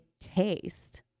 taste